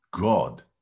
God